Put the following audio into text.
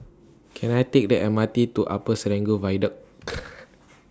Can I Take The M R T to Upper Serangoon Viaduct